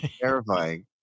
Terrifying